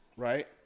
Right